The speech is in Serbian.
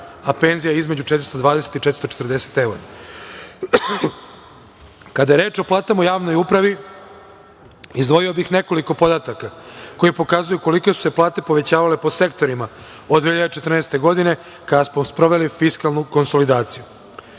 a penzija između 420 i 440 evra. Kada je reč o platama u javnoj upravi, izdvojio bih nekoliko podataka koji pokazuju kolike su se plate povećavale po sektorima od 2014. godine kada smo sproveli fiskalnu konsolidaciju. Plate